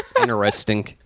Interesting